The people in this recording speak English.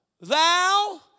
thou